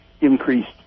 increased